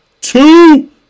two